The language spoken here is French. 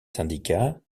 syndicats